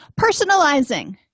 Personalizing